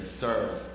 serves